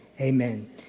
Amen